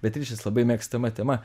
beatričės labai mėgstama tema